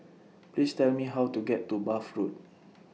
Please Tell Me How to get to Bath Road